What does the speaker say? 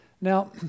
Now